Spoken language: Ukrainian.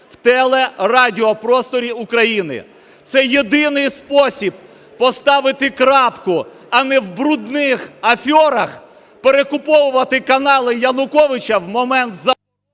в телерадіопросторі України. Це єдиний спосіб поставити крапку, а не в брудних аферах перекуповувати канали Януковича в момент… Веде